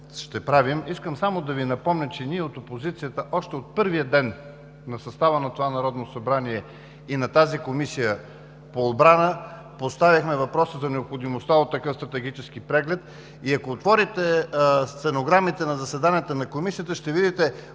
искам само да Ви напомня, че ние от опозицията още от първия ден в състава на това Народно събрание и на Комисията по отбрана поставихме въпроса за необходимостта от такъв стратегически преглед. Ако отворите стенограмите на заседанията на Комисията, ще видите